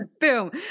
Boom